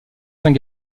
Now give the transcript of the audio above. saint